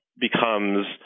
becomes